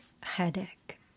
headache